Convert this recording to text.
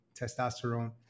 testosterone